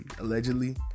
Allegedly